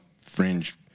fringe